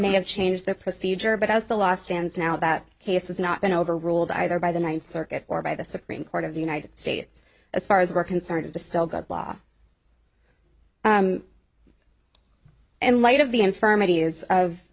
may have changed the procedure but as the law stands now that has not been overruled either by the ninth circuit or by the supreme court of the united states as far as we're concerned to still got law and light of the